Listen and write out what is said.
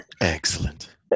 excellent